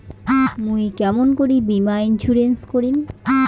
মুই কেমন করি বীমা ইন্সুরেন্স করিম?